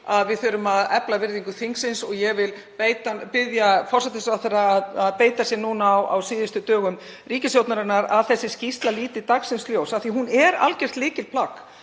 að við þurfum að efla virðingu þingsins, og ég vil biðja forsætisráðherra að beita sér núna á síðustu dögum ríkisstjórnarinnar að þessi skýrsla líti dagsins ljós. Hún er algjört lykilplagg